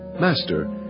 Master